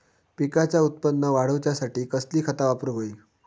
पिकाचा उत्पन वाढवूच्यासाठी कसली खता वापरूक होई?